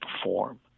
perform